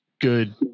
good